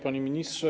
Panie Ministrze!